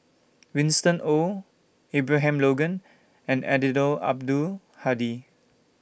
Winston Oh Abraham Logan and Eddino Abdul Hadi